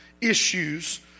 issues